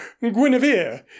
Guinevere